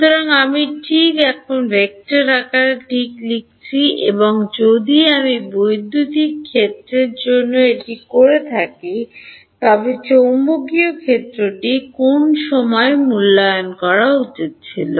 সুতরাং আমি ঠিক এখন ভেক্টর আকারে ঠিক লিখছি এবং যদি আমি বৈদ্যুতিক ক্ষেত্রের জন্য এটি করে থাকি তবে চৌম্বকীয় ক্ষেত্রটি কোন সময়ে মূল্যায়ন করা উচিত ছিল